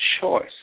choice